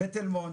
בתל מונד,